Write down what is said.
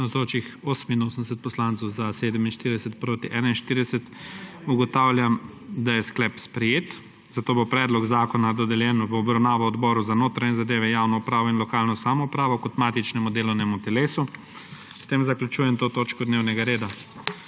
41. (Za je glasovalo 47.) (Proti 41.) Ugotavljam, da je sklep sprejet, zato bo predlog zakona dodeljen v obravnavo Odboru za notranje zadeve, javno upravo in lokalno samoupravo kot matičnemu delovnemu telesu. S tem zaključujem to točko dnevnega reda.